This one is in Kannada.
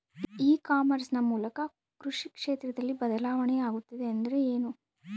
ಇ ಕಾಮರ್ಸ್ ನ ಮೂಲಕ ಕೃಷಿ ಕ್ಷೇತ್ರದಲ್ಲಿ ಬದಲಾವಣೆ ಆಗುತ್ತಿದೆ ಎಂದರೆ ಏನು?